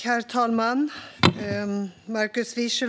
Herr talman!